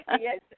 yes